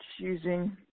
choosing